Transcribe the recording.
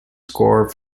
score